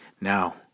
Now